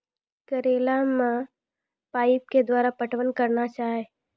करेला मे पाइप के द्वारा पटवन करना जाए?